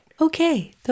Okay